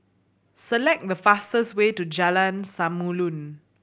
select the fastest way to Jalan Samulun